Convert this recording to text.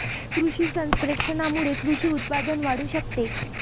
कृषी संप्रेषणामुळे कृषी उत्पादन वाढू शकते